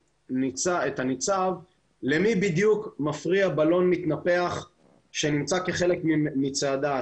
הניצב למי בדיוק מפריע בלון מתנפח שנמצא כחלק מצעדה?